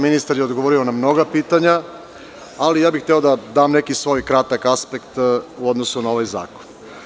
Ministar je odgovorio na mnoga pitanja, ali bih hteo da dam neki svoj kratak aspekt u odnosu na ovaj zakon.